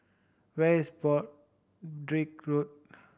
where is Broadrick Road